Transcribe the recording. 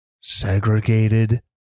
segregated